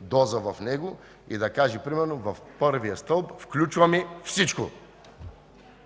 доза в него, и да каже примерно: „В първия стълб включваме всичко”.